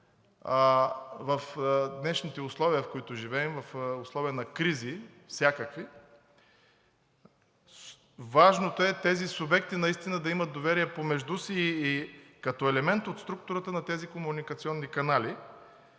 В днешните условия, в които живеем, в условия на кризи, всякакви, важното е тези субекти наистина да имат доверие помежду си като елемент от структурата на тези комуникационни канали.